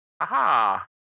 Aha